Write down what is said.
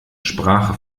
sprache